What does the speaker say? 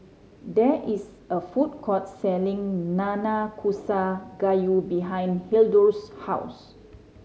there is a food court selling Nanakusa Gayu behind Hildur's house